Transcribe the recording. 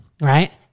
right